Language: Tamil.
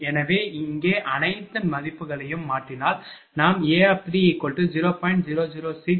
எனவே இங்கே அனைத்து மதிப்புகளையும் மாற்றினால் நாம் A30